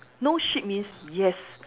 no shit means yes